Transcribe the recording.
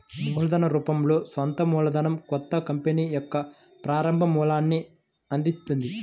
మూలధన రూపంలో సొంత మూలధనం కొత్త కంపెనీకి యొక్క ప్రారంభ మూలాన్ని అందిత్తది